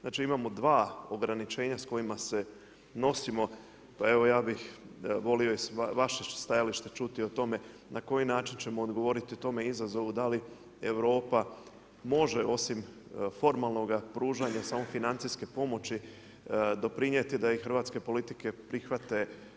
Znači imamo 2 ograničenja s kojima se nosimo, pa evo, ja bih volio i sa vaših stajališta čuti o tome, na koji način ćemo odgovoriti tome izazovu, da li Europa, može osim formalnoga samo financijske pomoći, doprinijeti, da ih hrvatske politike prihvate.